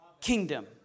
kingdom